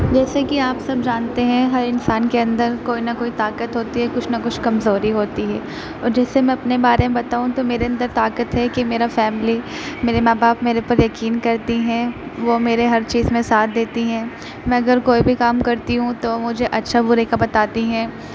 جیسے کہ آپ سب جانتے ہیں ہر انسان کے اندر کوئی نہ کوئی طاقت ہوتی ہے کچھ نہ کچھ کمزوری ہوتی ہے اور جیسے میں اپنے بارے میں بتاؤں تو میرے اندر طاقت ہے کہ میرا فیملی میرے ماں باپ میرے اوپر یقین کرتے ہیں وہ میرے ہر چیز میں ساتھ دیتے ہیں میں اگر کوئی بھی کام کرتی ہوں تو وہ مجھے اچھا برے کا بتاتے ہیں